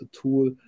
tool